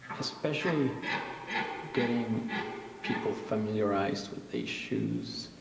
especially getting people familiarized with the issues